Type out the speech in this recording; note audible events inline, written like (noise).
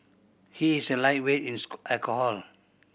he is a lightweight in (unintelligible) alcohol